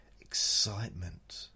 excitement